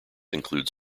include